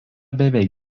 beveik